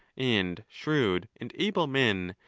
and shrewd and able men,